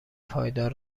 پایدار